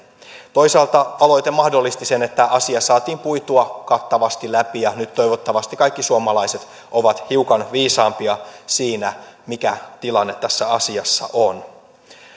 toisaalta aloite mahdollisti sen että asia saatiin puitua kattavasti läpi ja nyt toivottavasti kaikki suomalaiset ovat hiukan viisaampia siinä mikä tilanne tässä asiassa on